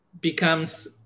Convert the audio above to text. becomes